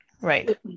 right